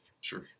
Sure